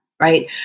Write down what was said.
Right